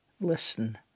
Listen